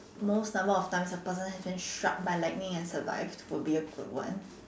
most number of times a person has been struck by lightning and survive would be a good one